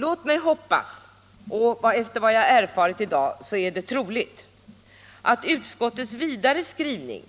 Låt mig hoppas - och efter vad jag erfarit i dag är det troligt — att utskottets vidare skrivning,